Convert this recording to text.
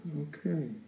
Okay